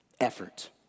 effort